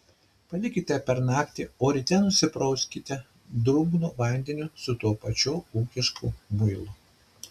palikite per naktį o ryte nusiprauskite drungnu vandeniu su tuo pačiu ūkišku muilu